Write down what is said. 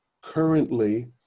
currently